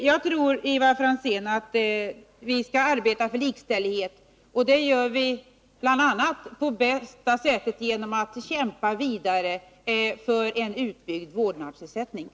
Jag tror, Ivar Franzén, att vi skall arbeta för likställighet, och det gör vi på bästa sätt bl.a. genom att kämpa vidare för en utbyggnad av vårdnadsersättningen.